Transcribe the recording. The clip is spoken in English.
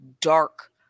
dark